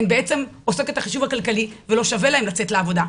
הן בעצם עושות את החישוב הכלכלי ולא שווה להן לצאת לעבודה,